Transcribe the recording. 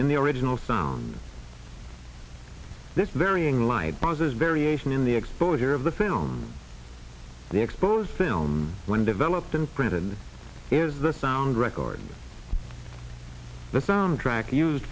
in the original sound this varying light buzzes variation in the exposure of the film the exposed film when developed and printed is the sound recording the soundtrack used